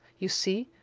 you see,